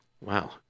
Wow